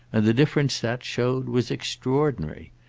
and the difference that showed was extraordinary.